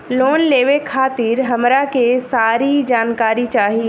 Loan लेवे खातीर हमरा के सारी जानकारी चाही?